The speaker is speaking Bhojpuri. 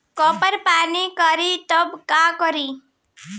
कॉपर पान करी तब का करी?